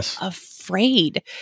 afraid